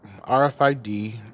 RFID